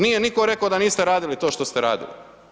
Nije nitko rekao da niste radili to što ste radili.